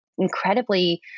Incredibly